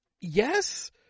yes